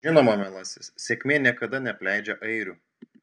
žinoma mielasis sėkmė niekada neapleidžia airių